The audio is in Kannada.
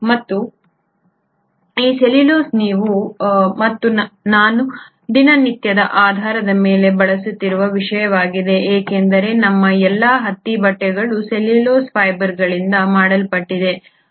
ಮತ್ತು ಈ ಸೆಲ್ಯುಲೋಸ್ ನೀವು ಮತ್ತು ನಾನು ದಿನನಿತ್ಯದ ಆಧಾರದ ಮೇಲೆ ಬಳಸುತ್ತಿರುವ ವಿಷಯವಾಗಿದೆ ಏಕೆಂದರೆ ನಮ್ಮ ಎಲ್ಲಾ ಹತ್ತಿ ಬಟ್ಟೆಗಳು ಸೆಲ್ಯುಲೋಸ್ ಫೈಬರ್ಗಳಿಂದ ಮಾಡಲ್ಪಟ್ಟಿದೆ